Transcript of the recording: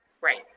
right